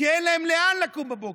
כי אין להם לאן לקום בבוקר.